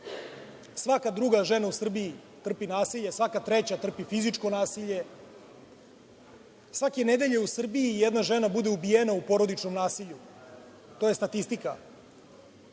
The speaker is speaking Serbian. Svaka druga žena u Srbiji trpi nasilje, svaka treća trpi fizičko nasilje, svake nedelje u Srbiji jedna žena bude ubijena u porodičnom nasilju. To je statistika. Dragi